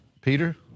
Peter